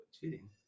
Cheating